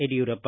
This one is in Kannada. ಯಡಿಯೂರಪ್ಪ